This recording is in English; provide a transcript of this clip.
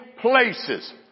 places